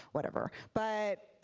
whatever. but